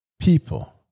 people